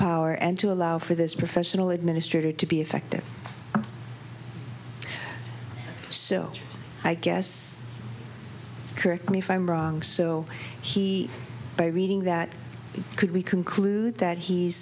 power and to allow for this professional administrator to be effective so i guess correct me if i'm wrong so he by reading that could we conclude that he's